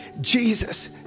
Jesus